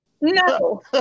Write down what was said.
No